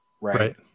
right